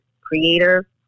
creator